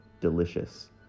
delicious